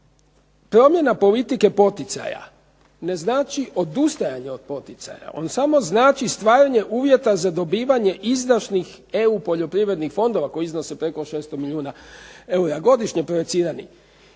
promjena politike poticaja ne znači odustajanje od poticaja, on samo znači stvaranje uvjeta za dobivanje izdašnih EU poljoprivrednih fondova koji iznose preko 600 milijuna eura godišnje.